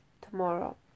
tomorrow